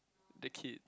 the kid